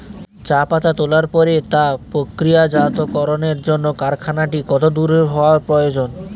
চা পাতা তোলার পরে তা প্রক্রিয়াজাতকরণের জন্য কারখানাটি কত দূর হওয়ার প্রয়োজন?